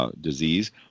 disease